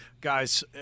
Guys